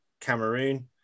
Cameroon